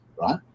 right